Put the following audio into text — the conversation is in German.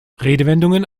redewendungen